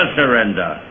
surrender